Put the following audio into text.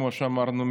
כמו שאמרנו,